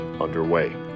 underway